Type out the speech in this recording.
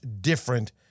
different